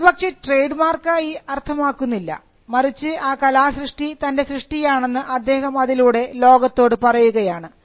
അതുപക്ഷേ trade മാർക്കായി അർത്ഥമാക്കുന്നില്ല മറിച്ച് ആ കലാസൃഷ്ടി തൻറെ സൃഷ്ടിയാണെന്ന് അദ്ദേഹം അതിലൂടെ ലോകത്തോട് പറയുകയാണ്